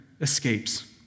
escapes